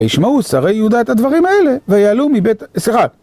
וישמעו שרי יהודה את הדברים האלה, ויעלו מבית... סליחה.